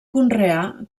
conrear